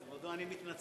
כבודו, אני מתנצל.